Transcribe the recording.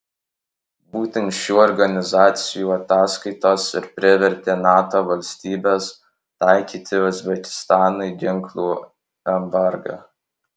būtent šių organizacijų ataskaitos ir privertė nato valstybes taikyti uzbekistanui ginklų embargą